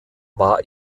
war